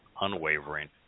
unwavering